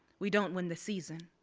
we don't win the season.